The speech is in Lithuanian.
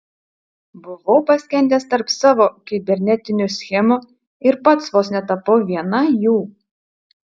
buvau paskendęs tarp savo kibernetinių schemų ir pats vos netapau viena jų